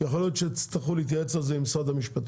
יכול להיות שתצטרכו להתייעץ על זה עם משרד המשפטים.